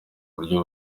buryo